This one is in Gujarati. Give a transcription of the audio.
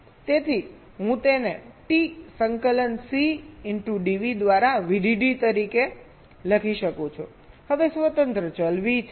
તેથી હું તેને ટી સંકલન C dV દ્વારા VDD તરીકે લખી શકું છું હવે સ્વતંત્ર ચલ V છે